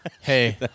hey